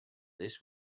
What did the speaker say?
this